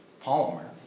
polymer